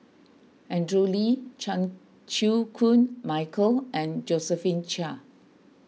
Andrew Lee Chan Chew Koon Michael and Josephine Chia